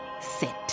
sit